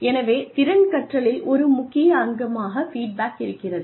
எனவே திறன் கற்றலின் ஒரு முக்கிய அங்கமாக ஃபீட் பேக் இருக்கிறது